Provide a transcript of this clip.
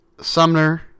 Sumner